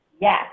Yes